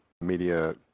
media